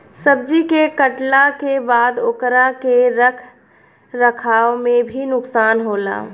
सब्जी के काटला के बाद ओकरा के रख रखाव में भी नुकसान होला